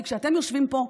כי כשאתם יושבים פה,